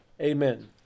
amen